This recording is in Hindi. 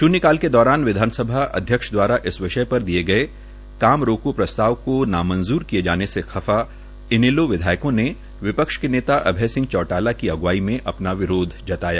शून्य काल के दौरान विधानसभा अध्यक्ष दवारा इस विषय पर दिये गये काम रोको प्रस्ताव को नामंजुर किये जाने से खफा इनेलो विधायकों ने विपक्ष के नेता अभय सिंह चौटाला की अग्वाई में अपना विरोध जताया